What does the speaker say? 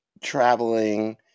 traveling